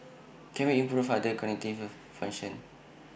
can we improve other cognitive functions